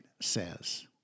says